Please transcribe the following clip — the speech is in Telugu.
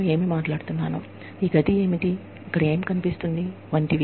ఈ గదిలో కనిపిస్తోంది ఏమిటి వంటివి